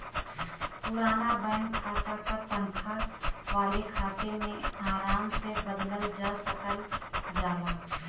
पुराना बैंक खाता क तनखा वाले खाता में आराम से बदलल जा सकल जाला